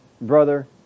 brother